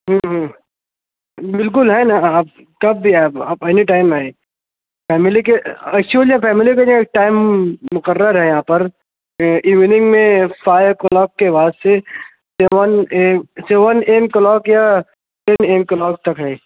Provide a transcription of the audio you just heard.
بالکل ہے نہ آپ کب بھی ہے آپ آپ اینی ٹائم ہے فیملی کے ایکچولی فیملی کے لئے ٹائم مقرر ہے یہاں پر ایوننگ میں فائیو او کلاک کے بعد سے seven am seven am clock یا ٹین ایم کلاک تک ہے